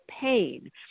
pain